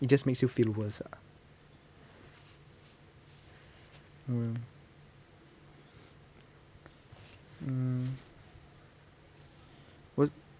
it just makes you feel worse ah mm mm worse